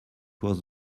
was